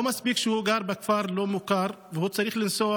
לא מספיק שהוא גר בכפר לא מוכר וצריך לנסוע